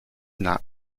not